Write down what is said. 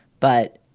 but